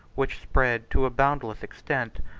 which spread to a boundless extent,